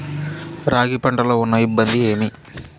రాగి పంటలో ఉన్న ఇబ్బంది ఏమి?